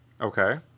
Okay